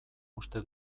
uste